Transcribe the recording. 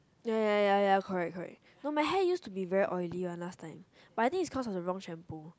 ya ya ya ya correct correct no my hair use to be very oily one last time but I think it's cause of the wrong shampoo